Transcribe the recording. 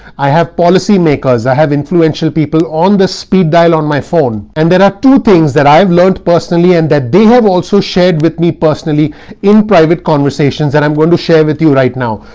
i have policy makers. i have influential people on the speed dial on my phone. and there are two things that i've learned personally and that they have also shared with me personally in private conversations that i'm going to share with you right now.